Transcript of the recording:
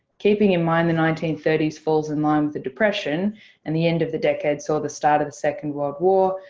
keeping in mind the nineteen thirty s falls in line with the depression and the end of the decade saw the start of the second world war,